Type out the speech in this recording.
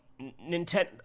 nintendo